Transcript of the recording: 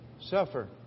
Suffer